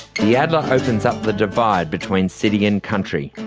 the adler opens up the divide between city and country,